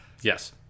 Yes